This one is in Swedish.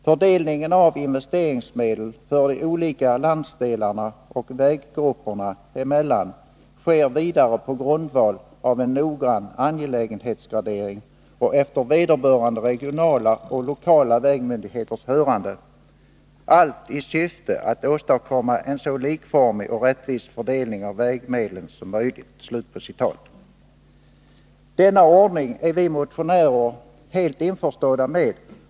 Fördelningen av investeringsmedel de skilda landsdelarna och väggrupperna emellan sker vidare på grundval av en noggrann angelägenhetsgradering och efter vederbörande regionala och lokala vägmyndigheters hörande — allt i syfte att åstadkomma en så likformig och rättvis fördelning av vägmedlen som möjligt.” Denna ordning är vi motionärer helt införstådda med.